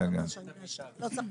כואב, אז לפעמים אני אצטרך לנשום